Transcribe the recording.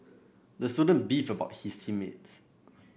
the student beefed about his team mates